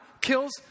kills